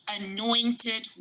anointed